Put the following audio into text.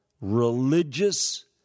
religious